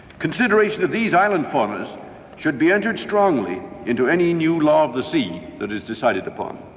consideration of these island faunas should be entered strongly into any new law of the sea that is decided upon.